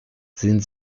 sind